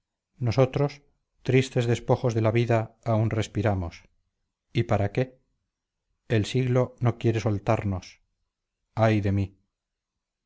nosotros tristes despojos de la vida aún respiramos y para qué el siglo no quiere soltamos ay de mí